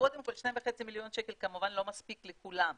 קודם כל 2.5 מיליון שקל כמובן לא מספיק לכולם,